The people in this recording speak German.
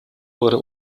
wurde